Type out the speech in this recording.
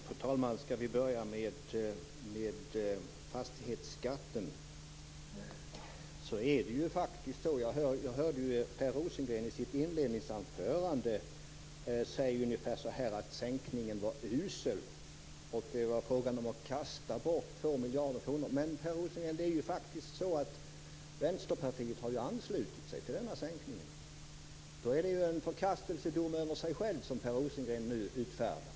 Fru talman! Låt oss börja med fastighetsskatten. Jag hörde Per Rosengren i sitt inledningsanförande säga - ungefär - att sänkningen var usel och att det var fråga om att kasta bort 2 mijarder kronor. Men, Per Rosengren, Vänsterpartiet har ju faktiskt anslutit sig till denna sänkning. Det är en förkastelsedom över sig själv som Per Rosengren nu utfärdar.